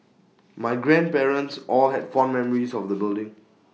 my grandparents all had fond memories of the building